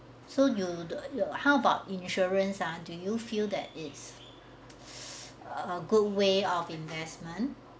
so you don't know how about insurance ah do you feel that it's a good way of investment